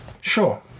sure